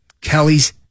Kelly's